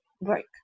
work